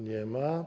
Nie ma.